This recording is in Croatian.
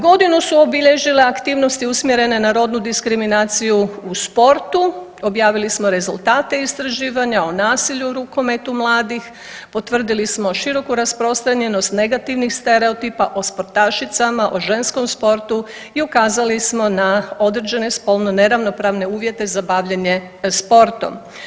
Godinu su obilježile aktivnosti usmjerene na rodnu diskriminaciju u sportu, objavili smo rezultate istraživanja o nasilju u rukometu mladih, potvrdili smo široku rasprostranjenost negativnih stereotipa o sportašicama, o ženskom sportu i ukazali smo na određene spolno neravnopravne uvjete za bavljenje sportom.